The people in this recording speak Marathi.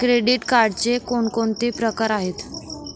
क्रेडिट कार्डचे कोणकोणते प्रकार आहेत?